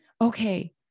okay